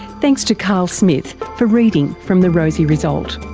thanks to carl smith for reading from the rosie result.